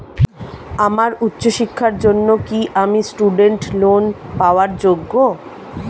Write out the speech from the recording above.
আমার উচ্চ শিক্ষার জন্য কি আমি স্টুডেন্ট লোন পাওয়ার যোগ্য?